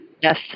Yes